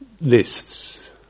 lists